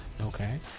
Okay